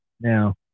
Now